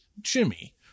Jimmy